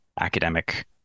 academic